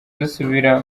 dusubira